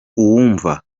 uwumva